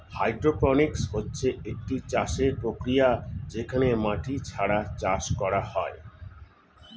hydroponics হচ্ছে একটি চাষের প্রক্রিয়া যেখানে মাটি ছাড়া চাষ করা হয়